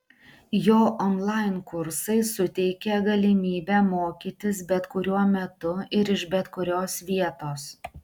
jo onlain kursai suteikė galimybę mokytis bet kuriuo metu ir iš bet kurios vietos